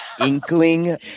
inkling